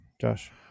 Josh